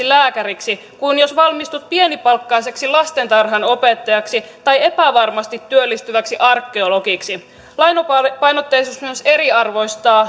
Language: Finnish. lääkäriksi kuin jos valmistut pienipalkkaiseksi lastentarhanopettajaksi tai epävarmasti työllistyväksi arkeologiksi lainapainotteisuus myös eriarvoistaa